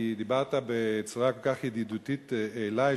כי דיברת בצורה כל כך ידידותית אלי,